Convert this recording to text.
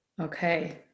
Okay